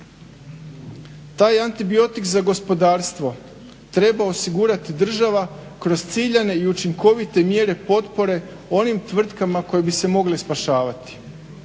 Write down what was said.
Taj antibiotik za gospodarstvo treba osigurati država kroz ciljane i učinkovite mjere potpore onim tvrtkama koje bi se mogle spašavati.